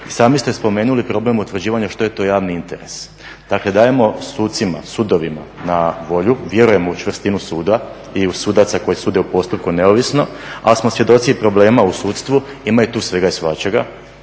sami ste spomenuli problem utvrđivanja što je to javni interes. Dakle, dajemo sucima, sudovima na volju, vjerujemo u čvrstinu suda i u sudaca koji sude u postupku neovisno, ali smo svjedoci i problema u sudstvu. Ima i tu svega i svačega,